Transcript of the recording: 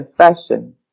confession